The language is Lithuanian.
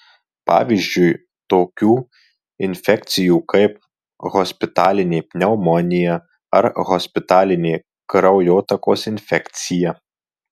pavyzdžiui tokių infekcijų kaip hospitalinė pneumonija ar hospitalinė kraujotakos infekcija